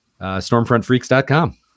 Stormfrontfreaks.com